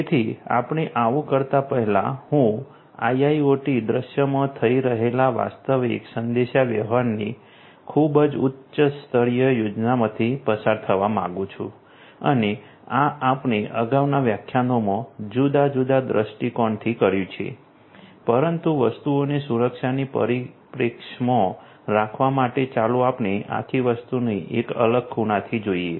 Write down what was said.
તેથી આપણે આવું કરતા પહેલા હું આઈઆઈઓટી દૃશ્યમાં થઈ રહેલા વાસ્તવિક સંદેશાવ્યવહારની ખૂબ જ ઉચ્ચ સ્તરીય યોજનાઓમાંથી પસાર થવા માંગુ છું અને આ આપણે અગાઉના વ્યાખ્યાનોમાં જુદા જુદા દ્રષ્ટિકોણથી કર્યું છે પરંતુ વસ્તુઓને સુરક્ષાની પરિપ્રેક્ષ્યમાં રાખવા માટે ચાલો આપણે આખી વસ્તુને એક અલગ ખૂણાથી જોઈએ